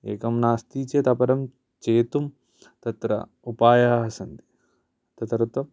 एकं नास्ति चेत् अपरं चेतुं तत्र उपायाः सन्ति तदर्थं